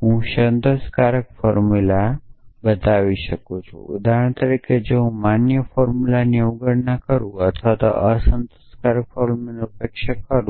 જો હું સંતોષકારક ફોર્મુલાને નકારું છું ઉદાહરણ તરીકે જો હું માન્ય ફોર્મુલાની અવગણના કરું છું અથવા અસંતોષકારક ફોર્મુલાની ઉપેક્ષા કરું છું